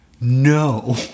No